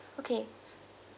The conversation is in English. okay